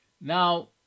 Now